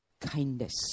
Kindness